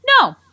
No